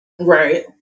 Right